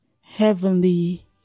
heavenly